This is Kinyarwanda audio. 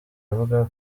avuga